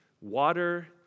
water